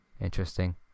interesting